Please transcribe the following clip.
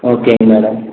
ஓகேங்க மேடம்